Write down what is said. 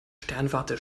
sternwarte